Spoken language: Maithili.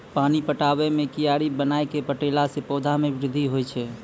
पानी पटाबै मे कियारी बनाय कै पठैला से पौधा मे बृद्धि होय छै?